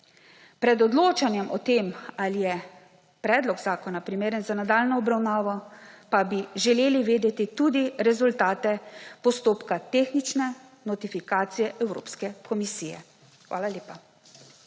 Pred odločanjem o tem, ali je predlog zakona primeren za nadaljnjo obravnavo, pa bi želeli vedeti tudi rezultate postopka tehnične notifikacije Evropske komisije. Hvala lepa.